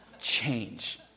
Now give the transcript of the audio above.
Change